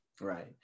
right